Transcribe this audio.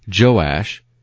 Joash